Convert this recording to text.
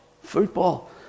Football